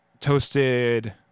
toasted